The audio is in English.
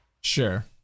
Sure